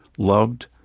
Loved